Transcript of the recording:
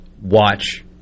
watch